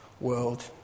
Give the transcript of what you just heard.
world